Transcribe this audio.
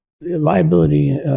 liability